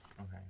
Okay